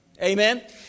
Amen